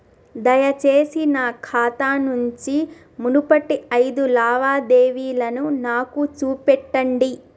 దయచేసి నా ఖాతా నుంచి మునుపటి ఐదు లావాదేవీలను నాకు చూపెట్టండి